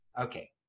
Okay